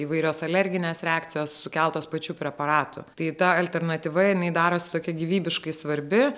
įvairios alerginės reakcijos sukeltos pačių preparatų tai ta alternatyva jinai darosi tokia gyvybiškai svarbi